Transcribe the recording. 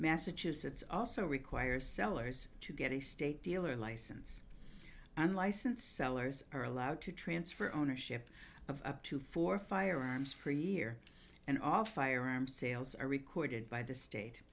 massachusetts also requires sellers to get a state dealer license and license ehlers are allowed to transfer ownership of up to four firearms per year and all firearm sales are recorded by the state